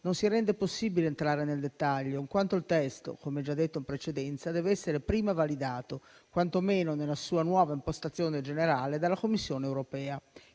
non si rende possibile entrare nel dettaglio, in quanto il testo, come già detto in precedenza, dev'essere prima validato, quanto meno nella sua nuova impostazione generale, dalla Commissione europea.